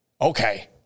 Okay